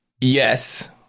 Yes